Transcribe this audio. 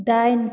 डाइन